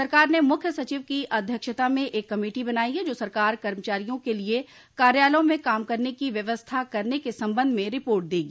सरकार ने मुख्य सचिव की अध्यक्षता में एक कमेटी बनायी है जो सरकारी कर्मचारियों के लिए कार्यालयों में काम करने की व्यवस्था करने के संबंध में रिपोर्ट देगी